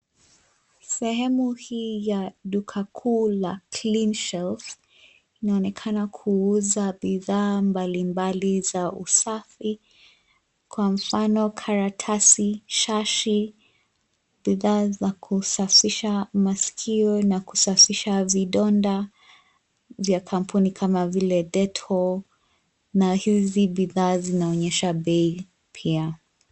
Sehemu hii ya duka kuu la Clean Shelf , inaonekana kuuza bidhaa mbalimbali za usafi, kwa mfano karatasi, shashi. Bidhaa za kusafisha masikio na kusafisha vidonda vya kampuni kama vile Dettol na hizi bidhaa zinaonyesha bei pia.